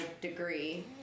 degree